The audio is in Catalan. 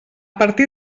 partir